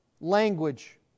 language